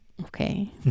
Okay